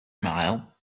mile